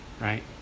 right